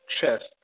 chest